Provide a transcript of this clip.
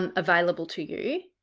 um available to you,